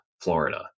florida